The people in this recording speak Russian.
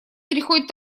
переходит